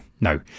no